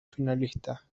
finalista